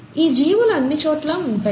ఈ జీవులు అన్ని చోట్లా ఉంటాయి